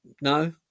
No